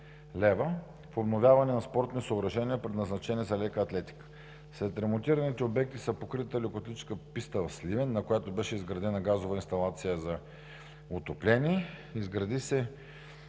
в подновяване на спортни съоръжения, предназначени за леката атлетика. Сред ремонтираните обекти са покритата лекоатлетическа писта в Сливен, на която беше изградена газова инсталация за отопление. Изгради се